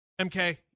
MK